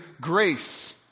grace